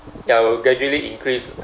ya will gradually increases